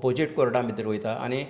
opposite कोर्टांत भितर वयता आनी